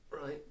Right